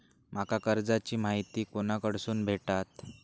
माका कर्जाची माहिती कोणाकडसून भेटात?